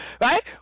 right